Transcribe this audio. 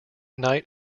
night